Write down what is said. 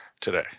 today